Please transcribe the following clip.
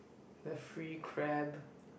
very free crap